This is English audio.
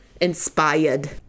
inspired